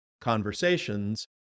conversations